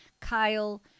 Kyle